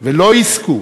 ולא יזכו